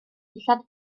dillad